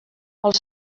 els